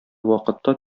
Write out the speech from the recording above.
вакытта